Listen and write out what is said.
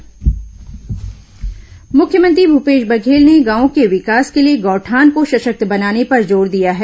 CM गौठान पैरादान मुख्यमंत्री भूपेश बघेल ने गांवों के विकास के लिए गौठान को सशक्त बनाने पर जोर दिया है